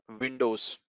windows